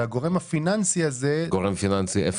גורם פיננסי איפה?